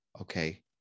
okay